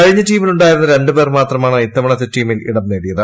കഴിഞ്ഞ ടീമിലുണ്ടായിരുന്ന രണ്ടുപേർ മാത്രമാണ് ഇത്തവണത്തെ ടീമിൽ ഇടം നേടിയത്